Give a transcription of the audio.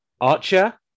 Archer